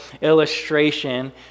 illustration